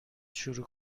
شروع